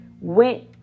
went